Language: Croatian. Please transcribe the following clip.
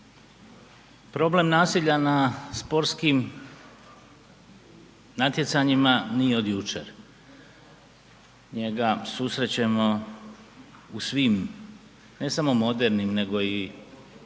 problem nasilja na sportskim natjecanjima nije od jučer, njega susrećemo u svim, ne samo modernim nego i